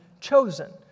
chosen